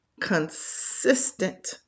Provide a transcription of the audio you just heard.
consistent